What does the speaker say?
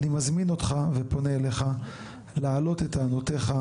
אני מזמין אותך ופונה אליך להעלות את טענותיך,